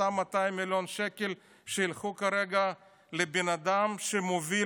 אותם 200 מיליון שקל שילכו כרגע לבן אדם שמוביל